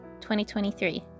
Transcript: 2023